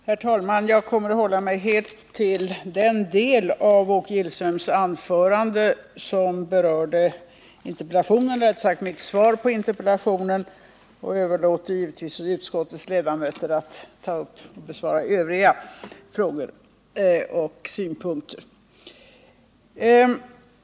Herr talman! Jag kommer att hålla mig helt till den del av Åke Gillströms anförande som berörde mitt svar på interpellationen och överlåter givetvis åt utskottets ledamöter att bemöta övriga frågor och synpunkter.